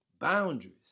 Boundaries